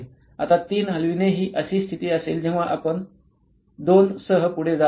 आता 3 हलविणे ही अशी स्थिती असेल जेव्हा आपण 2 सह पुढे जात आहोत